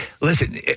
listen